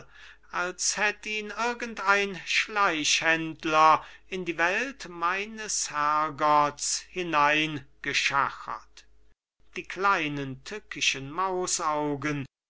als hätt ihn irgend ein schleichhändler in die welt meines herrgotts hineingeschachert die kleinen tückischen